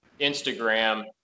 instagram